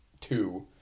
two